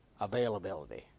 Availability